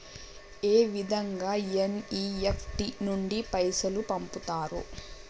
ఏ విధంగా ఎన్.ఇ.ఎఫ్.టి నుండి పైసలు పంపుతరు?